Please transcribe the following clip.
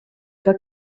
que